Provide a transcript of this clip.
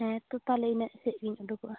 ᱦᱮᱸ ᱛᱚ ᱛᱟᱦᱚᱞᱮ ᱤᱱᱟᱹᱜ ᱥᱮᱫᱜᱤᱧ ᱩᱰᱩᱠᱚᱜᱼᱟ